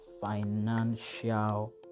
financial